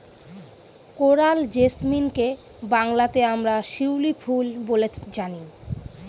coral জেসমিনকে বাংলাতে আমরা শিউলি ফুল বলে জানি